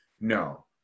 no